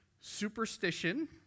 superstition